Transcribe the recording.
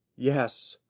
yes,